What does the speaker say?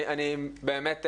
אני באמת,